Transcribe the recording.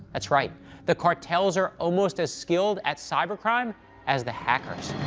that's right the cartels are almost as skilled at cybercrime as the hackers.